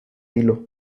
hilo